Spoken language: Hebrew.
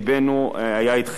ובאמת לבנו היה אתכם,